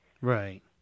right